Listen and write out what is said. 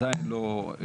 עדיין לא חוקקה.